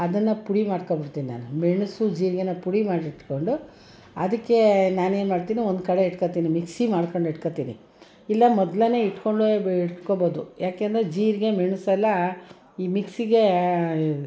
ಅದನ್ನು ಪುಡಿ ಮಾಡ್ಕೊಂಡ್ಬಿಡ್ತೀನಿ ನಾನು ಮೆಣಸು ಜೀರಿಗೆನ ಪುಡಿ ಮಾಡಿ ಇಟ್ಕೊಂಡು ಅದಕ್ಕೆ ನಾನೇನು ಮಾಡ್ತೀನಿ ಒಂದು ಕಡೆ ಇಟ್ಕೊಳ್ತೀನಿ ಮಿಕ್ಸಿ ಮಾಡ್ಕೊಂಡು ಇಟ್ಕೊಳ್ತೀನಿ ಇಲ್ಲ ಮೊದಲೇನೆ ಇಟ್ಕೊಂಡ್ರೆ ಇಟ್ಕೊಳ್ಬೋದು ಯಾಕೆಂದರೆ ಜೀರಿಗೆ ಮೆಣಸೆಲ್ಲ ಈ ಮಿಕ್ಸಿಗೆ